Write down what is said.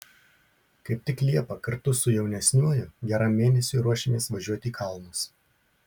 kaip tik liepą kartu su jaunesniuoju geram mėnesiui ruošiamės važiuoti į kalnus